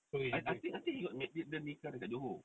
I I think I think dia nikah kat johor